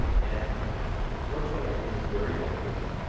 and fortunately our team was very dedicated,